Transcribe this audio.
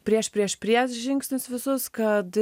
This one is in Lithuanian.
prieš prieš prieš žingsnius visus kad